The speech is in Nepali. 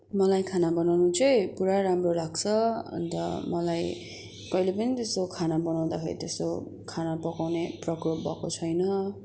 मलाई खाना बनाउन चाहिँ पुरा राम्रो लाग्छ अन्त मलाई कहिले पनि त्यस्तो खाना बनाउँदाखेरि त्यस्तो खाना पकाउने प्रकोप भएको छैन